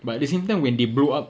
but at the same time when they blow up